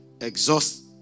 exhaust